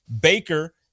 Baker